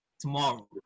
tomorrow